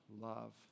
love